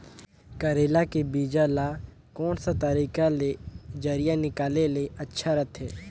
करेला के बीजा ला कोन सा तरीका ले जरिया निकाले ले अच्छा रथे?